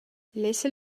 laissez